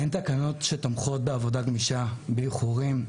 אין תקנות שתומכות בעבודה גמישה ובאיחורים.